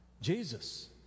Jesus